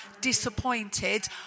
disappointed